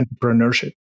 entrepreneurship